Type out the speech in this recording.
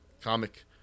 Comic